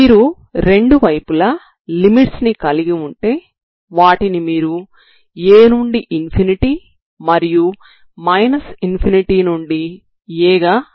మీరు రెండు వైపులా లిమిట్స్ ని కలిగి ఉంటే వాటిని మీరు a నుండి ∞ మరియు ∞ నుండి a గా పరిగణించవచ్చు సరేనా